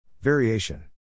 Variation